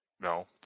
No